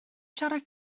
siarad